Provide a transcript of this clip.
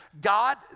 God